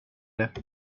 det